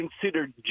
considered